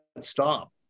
stop